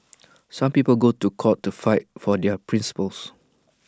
some people go to court to fight for their principles